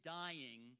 dying